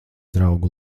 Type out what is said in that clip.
draugu